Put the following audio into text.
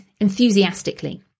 enthusiastically